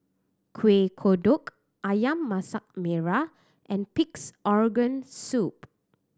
Kueh Kodok Ayam Masak Merah and Pig's Organ Soup